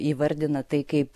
įvardina tai kaip